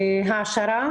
ההעשרה.